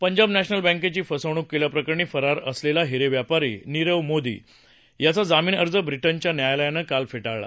Punjab national बँकेची फसवणूक केल्या प्रकरणी फरार असलेला हिरे व्यापारी निरव मोदी यांचा जामीन अर्ज ब्रिजेच्या न्यायालयानं काल फे ाळला